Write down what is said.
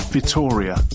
Victoria